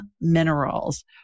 Minerals